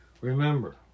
Remember